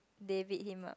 they beat him up